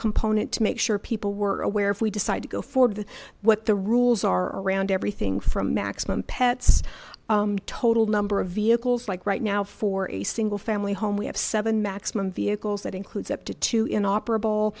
component to make sure people were aware if we decide to go forward with what the rules are around everything from maximum pets total number of vehicles like right now for a single family home we have seven maximum vehicles that includes up to two inoperable